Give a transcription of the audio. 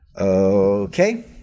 Okay